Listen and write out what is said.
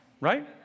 right